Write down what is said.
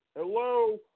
Hello